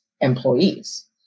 employees